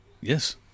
Yes